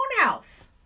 house